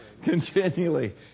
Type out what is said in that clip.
Continually